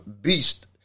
beast